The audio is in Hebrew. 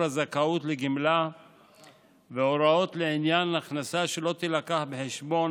הזכאות לגמלה והוראות לעניין הכנסה שלא תובא בחשבון,